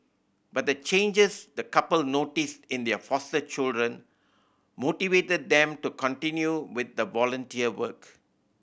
but the changes the couple noticed in their foster children motivated them to continue with the volunteer work